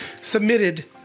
submitted